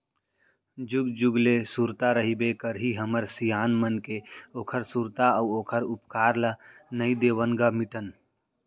जुग जुग ले सुरता रहिबे करही हमर सियान मन के ओखर सुरता अउ ओखर उपकार ल नइ देवन ग मिटन